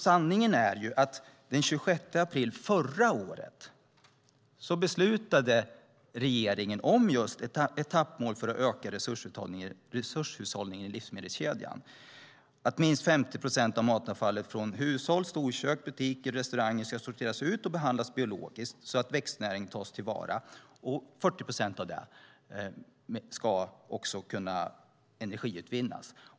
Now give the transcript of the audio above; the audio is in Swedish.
Sanningen är att den 26 april förra året beslutade regeringen om just etappmål för att öka resurshushållningen i livsmedelskedjan, att minst 50 procent av matavfallet från hushåll, storkök, butiker och restauranger ska sorteras och behandlas biologiskt så att växtnäring tas till vara. 40 procent av matavfallet ska också kunna energiutvinnas.